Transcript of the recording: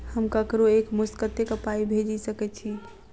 हम ककरो एक मुस्त कत्तेक पाई भेजि सकय छी?